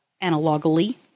analogically